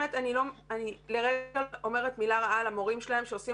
באמת אני לרגע לא אומרת מילה רעה על המורים שלהם שעושים